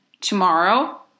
tomorrow